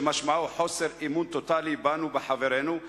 שמשמעו חוסר אמון טוטלי בנו ובחברינו.